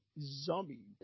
zombie